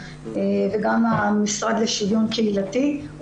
וגם מהמשרד לשוויון קהילתי.